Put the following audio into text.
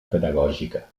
pedagògica